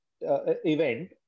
event